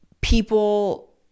people